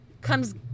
comes